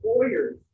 employers